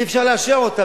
אי-אפשר לאשר אותן,